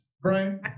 Brian